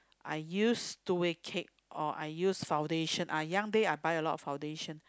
I use two way cake or I use foundation ah young day I buy a lot of foundation